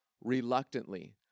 Reluctantly